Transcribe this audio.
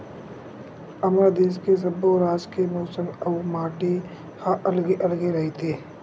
हमर देस के सब्बो राज के मउसम अउ माटी ह अलगे अलगे रहिथे